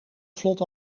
vlot